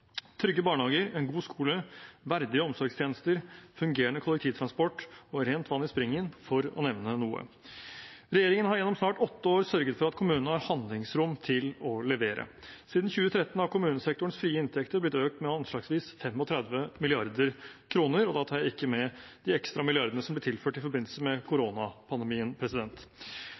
trygge barnehager, en god skole, verdige omsorgstjenester, fungerende kollektivtransport og rent vann i springen, for å nevne noe. Regjeringen har gjennom snart åtte år sørget for at kommunene har handlingsrom til å levere. Siden 2013 har kommunesektorens frie inntekter blitt økt med anslagsvis 35 mrd. kr, og da tar jeg ikke med de ekstra milliardene som ble tilført i forbindelse med koronapandemien.